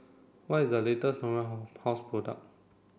what is the latest Natura how pose product